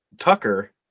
Tucker